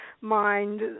mind